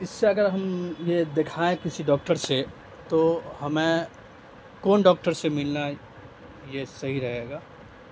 اس سے اگر ہم یہ دکھائیں کسی ڈاکٹر سے تو ہمیں کون ڈاکٹر سے ملنا ہے یہ صحیح رہے گا